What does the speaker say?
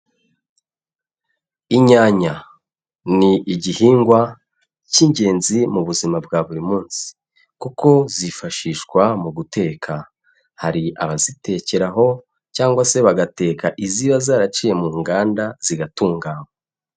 Inyanya ni igihingwa cy'ingenzi mu buzima bwa buri munsi kuko zifashishwa mu guteka, hari abazitekera aho cyangwa se bagateka iziba zaraciye mu nganda zigatunganywa.